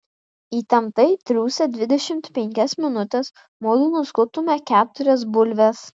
įtemptai triūsę dvidešimt penkias minutes mudu nuskutome keturias bulves